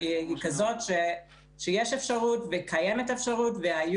-- הפרשנות היא כזאת שיש אפשרות וקיימת אפשרות והיו